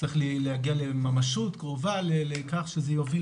צריך להגיע לממשות קרובה לכך שזה יוביל